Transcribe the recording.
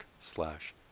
slash